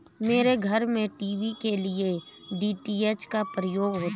मेरे घर में टीवी के लिए डी.टी.एच का प्रयोग होता है